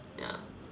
ya